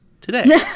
today